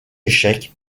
échec